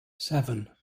seven